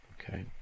okay